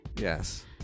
Yes